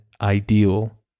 ideal